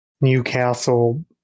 Newcastle